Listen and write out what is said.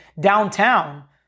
downtown